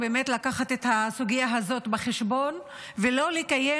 באמת לקחת את הסוגיה הזאת בחשבון ולא לקיים